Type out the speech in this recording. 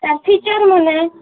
ଆଉ ଫିଚର୍ମାନେ